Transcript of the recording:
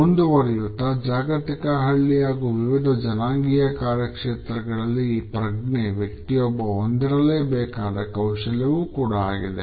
ಮುಂದುವರೆಯುತ್ತಾ ಜಾಗತಿಕ ಹಳ್ಳಿ ಹಾಗೂ ವಿವಿಧ ಜನಾಂಗೀಯ ಕಾರ್ಯಕ್ಷೇತ್ರಗಳಲ್ಲಿ ಈ ಪ್ರಜ್ಞೆ ವ್ಯಕ್ತಿಯೊಬ್ಬ ಹೊಂದಿರಲೇಬೇಕಾದ ಕೌಶಲ್ಯವಾಗಿದೆ